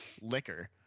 liquor